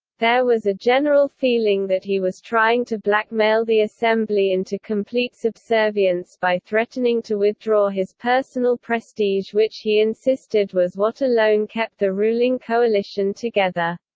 there was a general feeling that he was trying to blackmail the assembly into complete subservience by threatening to withdraw his personal prestige which he insisted was what alone kept the ruling coalition together.